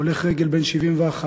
הולך רגל בן 71,